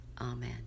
amen